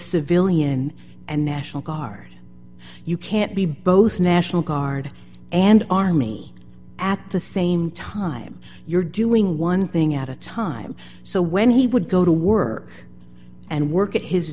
civilian and national guard you can't be both national guard and army at the same time you're doing one thing at a time so when he would go to work and work at his